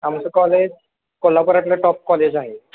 आमचं कॉलेज कोल्हापुरातलं top college आहे